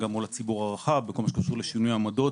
מול הציבור הרחב בכל מה שקשור לשינוי בעמדות,